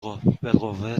بالقوه